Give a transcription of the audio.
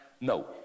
No